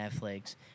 Netflix